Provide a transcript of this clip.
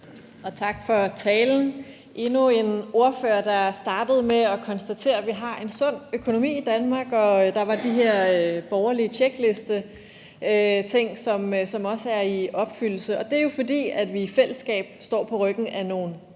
og tak for talen. Det var endnu en ordfører, der startede med at konstatere, at vi har en sund økonomi i Danmark, og der var de her ting på den borgerlige tjekliste, som også er blevet opfyldt, og det er jo, fordi vi i fællesskab står på ryggen af nogle gode